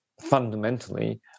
fundamentally